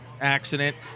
accident